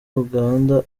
uganda